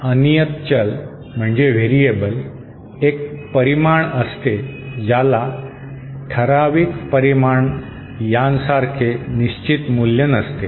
अनियत चल एक परिमाण असते ज्याला ठराविक परिमाण यांसारखे निश्चित मूल्य नसते